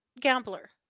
gambler